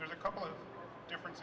there's a couple of different